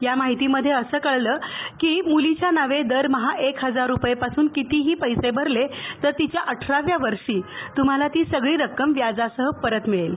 या माहितीमध्ये असं कळलं की मुलीच्या नावे दरमहा एक हजार रूपयेपासून कितीही पैसे भरले तर तिच्या अठराव्या वर्षी तुम्हाला ती सगळी रक्कम व्याजासह परत मिळेल